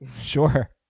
Sure